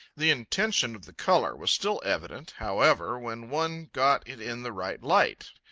the intention of the colour was still evident, however, when one got it in the right light.